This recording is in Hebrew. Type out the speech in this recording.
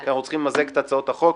כי אנחנו צריכים למזג את הצעות החוק.